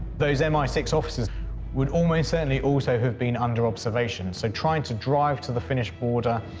those m i six officers would almost certainly also have been under observation, so trying to drive to the finnish border,